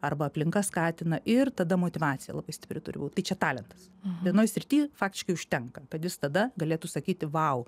arba aplinka skatina ir tada motyvacija labai stipri turi būt tai čia talentas vienoj srity faktiškai užtenka kad jis tada galėtų sakyti vau